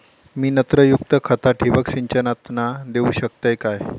मी नत्रयुक्त खता ठिबक सिंचनातना देऊ शकतय काय?